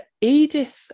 Edith